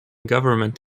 government